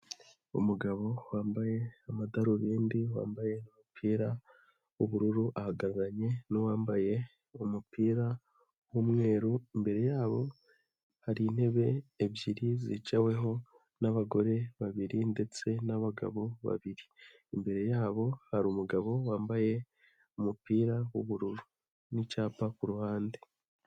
Umugabo wambaye amadarubindi, wambaye umupira w'ubururu ahagaranye n'uwambaye umupira w'umweru, imbere yabo hari intebe ebyiri zicaweho n'abagore babiri ndetse n'abagabo babiri. Imbere yabo hari umugabo wambaye umupira w'ubururu n'icyapa ku ruhande.